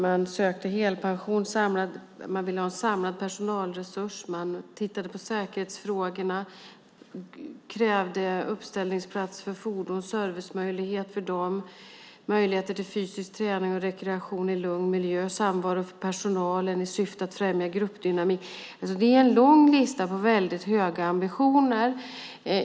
Man sökte helpension, man ville ha en samlad personalresurs, man tittade på säkerhetsfrågorna, man krävde uppställningsplats för fordon och servicemöjlighet för dem, möjligheter till fysisk träning och rekreation i lugn miljö, samvaro för personalen i syfte att främja gruppdynamik och så vidare. Det är en lång lista med väldigt höga ambitioner.